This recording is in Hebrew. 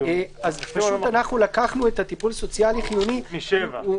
אנחנו לקחנו את טיפול סוציאלי חיוני מ-7.